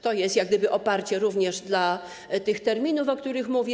To jest jak gdyby oparcie również dla tych terminów, o których mówię.